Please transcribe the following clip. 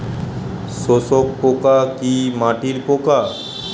শোষক পোকা কি মাটির পোকা?